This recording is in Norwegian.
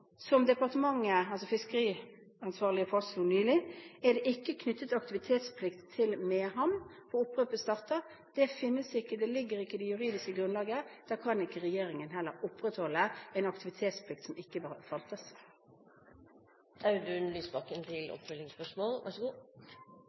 Mehamn, hvor opprøret startet. Det finnes ikke, det ligger ikke i det juridiske grunnlaget, og da kan ikke regjeringen heller opprettholde en aktivitetsplikt som ikke